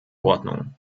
ordnung